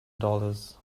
dollars